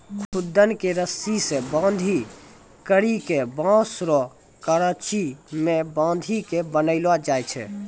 खुद्दन के रस्सी से बांधी करी के बांस रो करची मे बांधी के बनैलो जाय छै